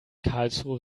karlsruhe